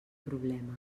problema